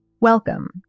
Welcome